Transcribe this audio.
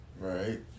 Right